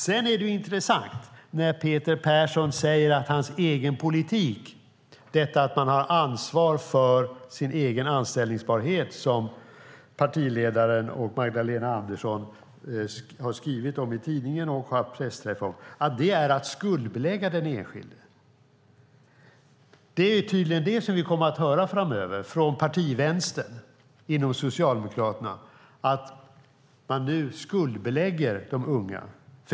Det är intressant när Peter Persson säger att partiets egen politik, att man har ansvar för sin egen anställbarhet, som partiledaren och Magdalena Andersson har skrivit i tidningen och haft pressträff om, är att skuldbelägga den enskilde. Det är tydligen det som vi kommer att höra framöver från partivänstern inom Socialdemokraterna: att man skuldbelägger de unga.